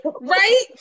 right